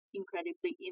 incredibly